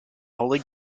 holy